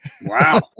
Wow